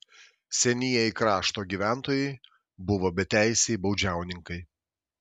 senieji krašto gyventojai buvo beteisiai baudžiauninkai